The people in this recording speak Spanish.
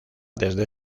desde